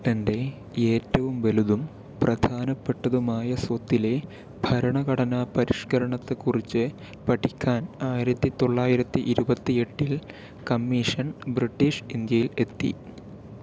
ബ്രിട്ടൻറ്റെ ഏറ്റവും വലുതും പ്രധാനപ്പെട്ടതുമായ സ്വത്തിലെ ഭരണഘടന പരിഷ്കരണത്തെക്കുറിച്ച് പഠിക്കാൻ ആയിരത്തി തൊള്ളായിരത്തി ഇരുപത്തിയെട്ടിൽ കമ്മീഷൻ ബ്രിട്ടീഷ് ഇന്ത്യയിൽ എത്തി